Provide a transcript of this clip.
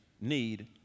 need